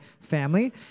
family